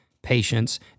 patience